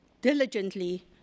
diligently